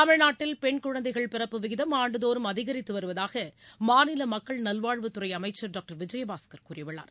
தமிழ்நாட்டில் பெண் குழந்தைகள் பிறப்பு விகிதம் ஆண்டுதோறும் அதிகரித்து வருவதாக மாநில மக்கள் நல்வாழ்வுத்துறை அமைச்சர் டாக்டர் சி விஜயபாஸ்கர் கூறியுள்ளார்